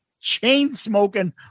chain-smoking